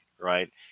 right